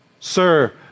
Sir